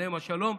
עליהם השלום,